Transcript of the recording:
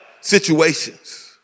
situations